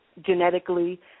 genetically